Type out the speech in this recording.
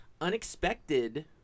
unexpected